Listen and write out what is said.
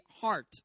heart